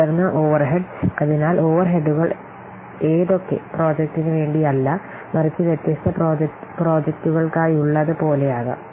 തുടർന്ന് ഓവർഹെഡ്സ് അതിനാൽ ഓവർഹെഡുകൾ ഏതൊക്കെ പ്രോജക്റ്റിനുവേണ്ടിയല്ല മറിച്ച് വ്യത്യസ്ത പ്രോജക്റ്റുകൾക്കായുള്ളത് പോലെയാകാം